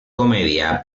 comedia